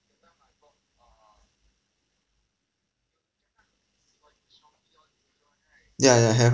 ya ya have